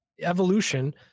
evolution